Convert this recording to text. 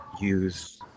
use